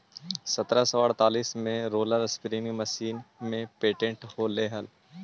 सत्रह सौ अड़तीस में रोलर स्पीनिंग मशीन के पेटेंट होले हलई